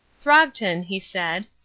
throgton, he said,